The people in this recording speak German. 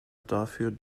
dafür